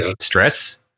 stress